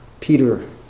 Peter